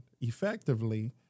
effectively